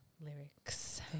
lyrics